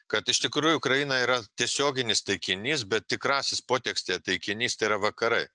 kad iš tikrųjų ukraina yra tiesioginis taikinys bet tikrasis potekstėje taikinys tai yra vakarai